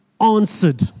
answered